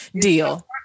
deal